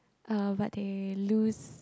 uh but they lose